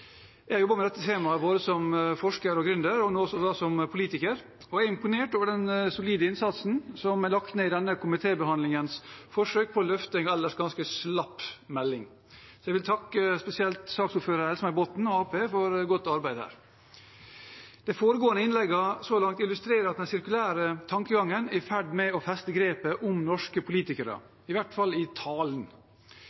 Jeg har jobbet med dette tema som forsker, som gründer og nå som politiker, og jeg er imponert over den solide innsatsen som er lagt ned i denne komitébehandlingens forsøk på å løfte en ellers ganske slapp melding. Jeg vil takke spesielt saksordføreren, Else-May Botten fra Arbeiderpartiet, for et godt arbeid her. De foregående innleggene illustrerer at den sirkulære tankegangen er i ferd med å feste grepet om norske politikere,